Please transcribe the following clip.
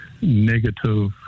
negative